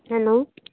hello